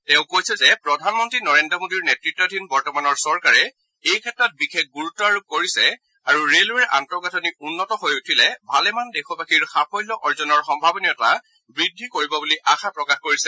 তেওঁ কৈছে যে প্ৰধানমন্ত্ৰী নৰেন্দ্ৰ মোদী নেত়তাধীন বৰ্তমানৰ চৰকাৰে এইক্ষেত্ৰত বিশেষ গুৰুত্ব আৰোপ কৰিছে আৰু ৰেলৱেৰ আন্তঃগাঁথনি উন্নত হৈ উঠিলে ভালেমান দেশবাসীৰ সাফল্য অৰ্জনৰ সম্ভাৱনীয়তা বৃদ্ধি কৰিব বুলি আশা প্ৰকাশ কৰিছে